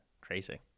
crazy